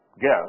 guess